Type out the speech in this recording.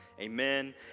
Amen